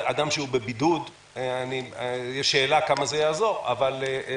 שיש שאלה כמה זה יעזור כשאדם בבידוד.